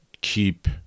keep